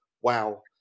wow